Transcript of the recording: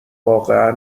واقعا